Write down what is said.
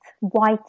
white